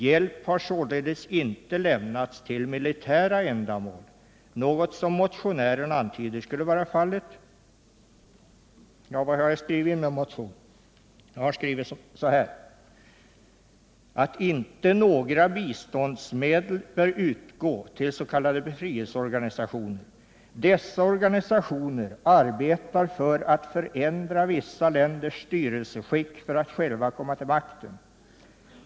”Hjälp har således inte lämnats till militära ändamål, något som motionärerna antyder skulle vara fallet.” I motionen har jag skrivit så här: ”För det andra bör inte några biståndsmedel utgå till s.k. befrielseorganisationer. Dessa organisationer arbetar för att förändra vissa länders styrelseskick för att själva komma till makten.